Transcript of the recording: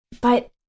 But-